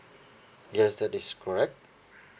yes that is correct